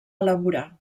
elaborar